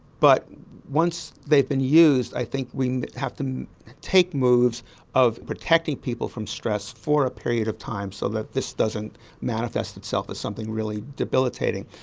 but once they've been used, i think we have to take moves of protecting people from stress for a period of time so that this doesn't manifest itself as something really debilitating.